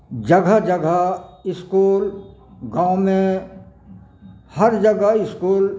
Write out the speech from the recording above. जगह जगह इसकुल गाँवमे हर जगह इसकुल